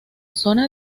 zona